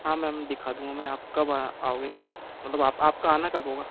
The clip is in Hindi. हाँ मैम दिखा दूंगा मैं आप कब आ आओगे मतलब आप आपका आना कब होगा